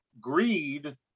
greed